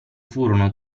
furono